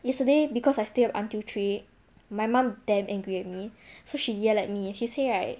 ya then yesterday because I stay up until three my mum damn angry at me so she yell at me she say right